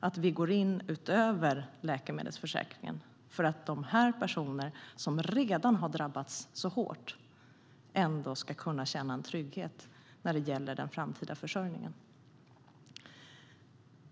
att vi går in utöver läkemedelsförsäkringen för att de här personerna som redan har drabbats så hårt ändå ska kunna känna en trygghet när det gäller den framtida försörjningen.